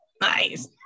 Nice